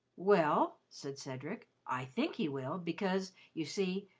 well, said cedric, i think he will, because, you see,